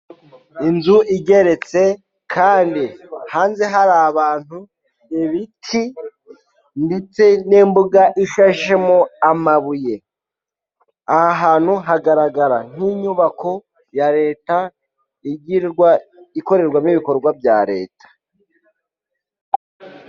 Inzu igeretse, kandi hanze hari abantu, ibiti, ndetse n'imbuga ishashemo amabuye. Aha hantu hagaragara nk'inyubako ya leta, igirwa, ikorerwamo ibikorwa bya leta.